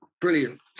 brilliant